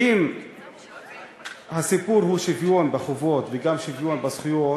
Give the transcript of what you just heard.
אם הסיפור הוא שוויון בחובות וגם שוויון בזכויות,